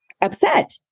upset